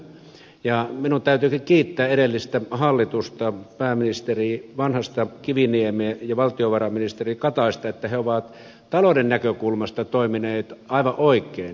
ja minun täytyykin kiittää edellistä hallitusta pääministeri vanhasta kiviniemeä ja valtiovarainministeri kataista että he ovat talouden näkökulmasta toimineet aivan oikein